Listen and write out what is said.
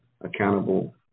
accountable